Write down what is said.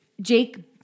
Jake